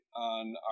on